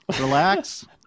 relax